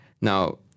Now